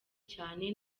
cyane